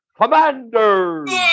Commanders